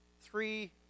three